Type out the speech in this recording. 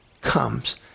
comes